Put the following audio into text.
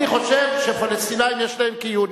אני חושב שהפלסטינים יש להם קיום.